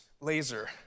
laser